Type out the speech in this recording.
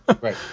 right